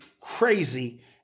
crazy